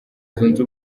zunze